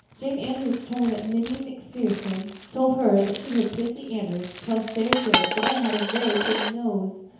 jane andrews told me that minnie macpherson told her that she heard prissy andrews tell sara gillis that i had a very pretty nose.